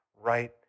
right